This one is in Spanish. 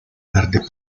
verde